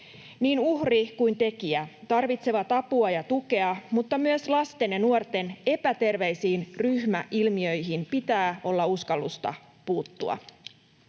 Niin uhri kuin tekijä tarvitsevat apua ja tukea, mutta myös lasten ja nuorten epäterveisiin ryhmäilmiöihin pitää olla uskallusta puuttua.